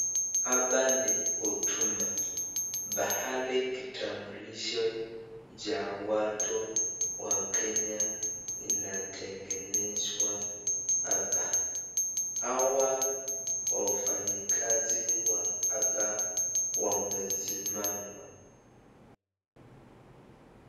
Hapa ni Huduma. Pahali kitambulisho cha watu wa Kenya inatengenezwa hapa. Hawa wafanyikazi wa hapa wamesimama.